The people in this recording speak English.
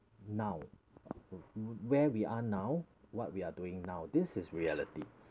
now where we are now what we are doing now this is reality